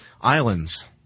islands